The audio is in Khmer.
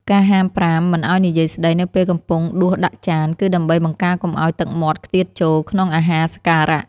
ការហាមប្រាមមិនឱ្យនិយាយស្តីនៅពេលកំពុងដួសដាក់ចាន គឺដើម្បីបង្ការកុំឱ្យទឹកមាត់ខ្ទាតចូលក្នុងអាហារសក្ការៈ។